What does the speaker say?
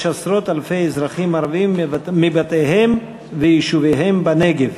עשרות-אלפי אזרחים ערבים מבתיהם ויישוביהם בנגב.